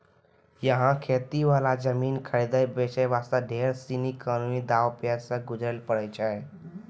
यहाँ खेती वाला जमीन खरीदै बेचे वास्ते ढेर सीनी कानूनी दांव पेंच सॅ गुजरै ल पड़ै छै